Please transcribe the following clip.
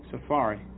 Safari